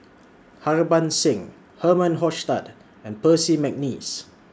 Harbans Singh Herman Hochstadt and Percy Mcneice